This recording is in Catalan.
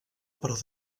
però